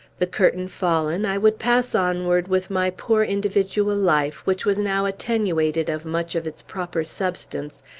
the curtain fallen, i would pass onward with my poor individual life, which was now attenuated of much of its proper substance,